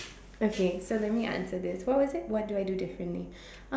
okay so let me answer this what was it what do I do differently ah